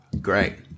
Great